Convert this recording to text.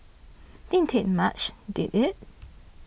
didn't take much did it